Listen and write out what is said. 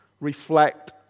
reflect